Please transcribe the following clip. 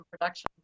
production